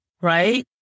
right